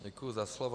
Děkuji za slovo.